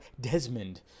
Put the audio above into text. Desmond